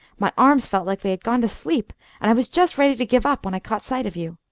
my arms felt like they had gone to sleep, and i was just ready to give up when i caught sight of you.